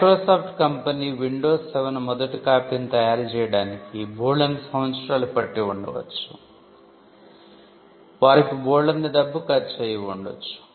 Microsoft company Windows 7 మొదటి copy ను తయారు చేయడానికి బోల్డన్ని సంవత్సరాలు పట్టి ఉండవచ్చు వారికి బోల్డంత డబ్బు ఖర్చు అయి ఉండవచ్చు